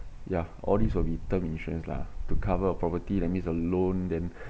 ya all these will be term insurance lah to cover a property that needs a loan then